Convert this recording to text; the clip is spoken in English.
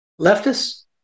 leftists